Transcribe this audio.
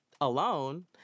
alone